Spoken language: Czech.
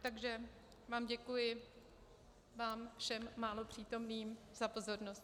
Takže vám děkuji, vám všem málo přítomným, za pozornost.